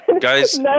guys